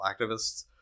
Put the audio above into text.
activists